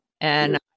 And-